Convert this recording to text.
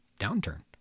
downturn